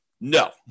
No